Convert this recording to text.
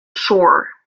shore